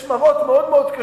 יש מראות מאוד מאוד קשים,